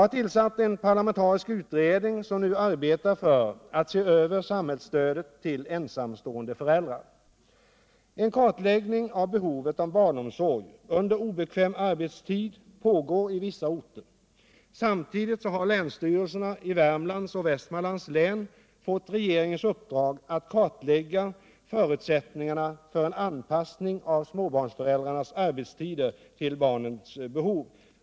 tidigare. En kartläggning av behovet av barnomsorg under obekväm arbetstid pågår i vissa orter. Samtidigt har länsstyrelserna i Värmlands och Västmanlands län fått regeringens uppdrag att kartlägga förutsättningarna för en anpassning av småbarnsföräldrarnas arbetstider till barnens behov.